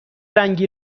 رنگی